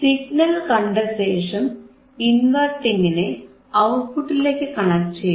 signal കണ്ടശേഷം ഇൻവെർട്ടിംഗിനെ ഔട്ട്പുട്ടിലേക്ക് കണക്ട് ചെയ്യുക